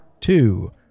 Two